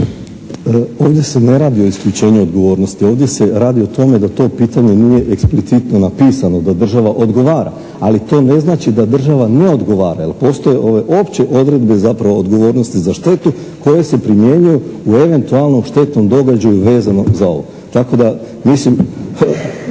Ovdje se ne radi o isključenju odgovornosti, ovdje se radi o tome da to pitanje nije eksplicitno napisano, da država odgovara, ali to ne znači da država ne odgovara jer postoje opće odredbe zapravo odgovornosti za štetu koje se primjenjuju u eventualnom štetnom događaju vezano za ovo tako da mislim